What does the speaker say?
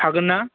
हागोन ना